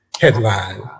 headline